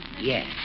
Yes